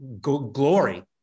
glory